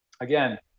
Again